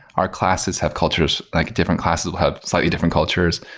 our classes have cultures, like different classes will have slightly different cultures.